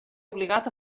obligat